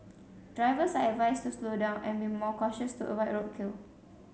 drivers are advised to slow down and be more cautious to avoid roadkill